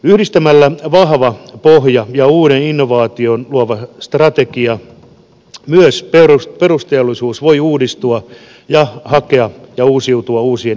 yhdistämällä vahva pohja ja uuden innovaation luova strategia myös perusteollisuus voi uudistua ja uusiutua uusien innovaatioiden kautta